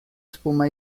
espuma